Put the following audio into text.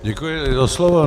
Děkuji za slovo.